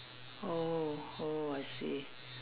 oh oh I see